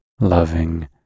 loving